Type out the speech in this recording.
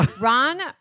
Ron